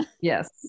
Yes